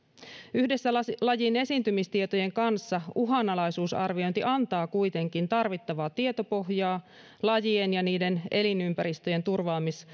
yhdessä lajien esiintymistietojen kanssa uhanalaisuusarviointi antaa kuitenkin tarvittavaa tietopohjaa lajien ja niiden elinympäristöjen turvaamis